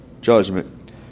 judgment